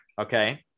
okay